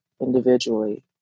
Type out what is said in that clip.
individually